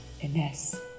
Ines